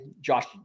Josh